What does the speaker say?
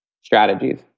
strategies